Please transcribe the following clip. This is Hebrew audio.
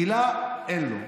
מילה אין לו,